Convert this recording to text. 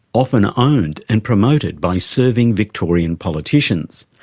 often owned and promoted by serving victorian politicians.